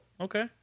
okay